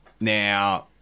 Now